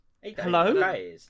Hello